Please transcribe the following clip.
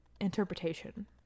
interpretation